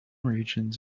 regions